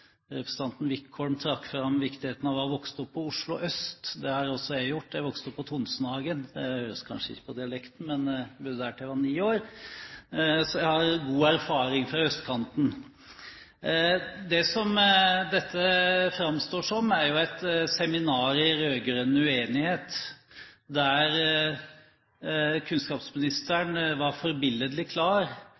representanten Wickholm trakk fram viktigheten av å ha vokst opp på Oslo øst. Det har også jeg gjort. Jeg er vokst opp på Tonsenhagen. Det høres kanskje ikke på dialekten, men jeg bodde der til jeg var ni år, så jeg har god erfaring fra østkanten. Dette framstår jo som et seminar i rød-grønn uenighet der kunnskapsministeren var forbilledlig klar